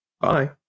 Bye